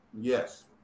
Yes